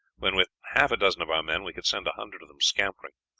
when with half a dozen of our men we could send a hundred of them scampering,